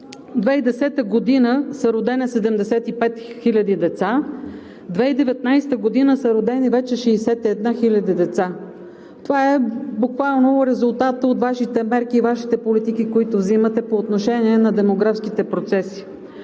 2010 г. са родени 75 000 деца; 2019 г. са родени вече 61 000 деца. Това е буквално резултатът от Вашите мерки и Вашите политики, които вземате по отношение на демографските процеси.